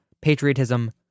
patriotism